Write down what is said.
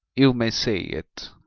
you may say it,